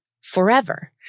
forever